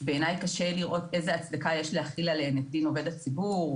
בעיניי קשה לראות איזה הצדקה יש להכיל עליהם את דיון עובד הציבור.